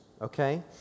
okay